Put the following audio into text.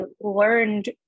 learned